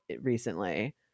recently